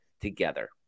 together